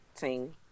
team